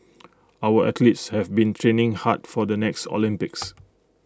our athletes have been training hard for the next Olympics